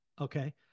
Okay